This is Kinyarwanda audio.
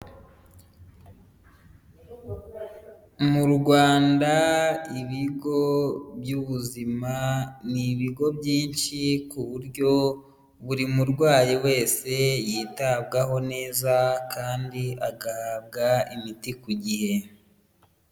Mu Rwanda ibigo by'ubuzima ni ibigo byinshi ku buryo buri murwayi wese yitabwaho neza kandi agahabwa imiti ku gihe.